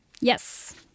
Yes